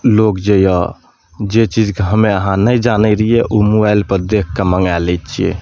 लोग जे यऽ जे चीजके हम्मे अहाँ नहि जानै रहियै मोबाइलपर देखके मङ्गाए लै छियै